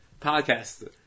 podcast